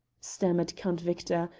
stammered count victor,